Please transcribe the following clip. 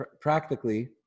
Practically